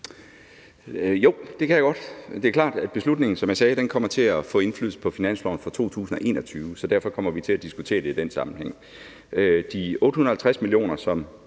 Jo, det kan jeg godt. Det er klart, at beslutningen, som jeg sagde, kommer til at få indflydelse på finansloven for 2021, så derfor kommer vi til at diskutere det i den sammenhæng. De 850 mio. kr., som